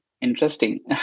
interesting